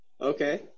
Okay